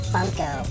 Funko